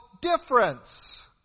difference